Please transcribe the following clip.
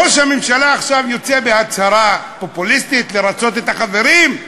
ראש הממשלה עכשיו יוצא בהצהרה פופוליסטית לרצות את החברים.